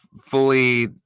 fully